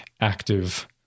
active